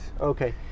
Okay